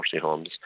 homes